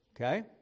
okay